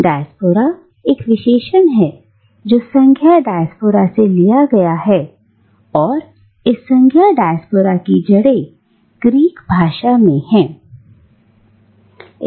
diaspora एक विशेषण है जो संज्ञा डायस्पोरा से लिया गया है और इस संज्ञा डायस्पोरा की जड़े ग्रीक भाषा में हैं